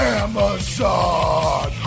amazon